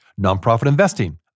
nonprofitinvesting